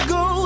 go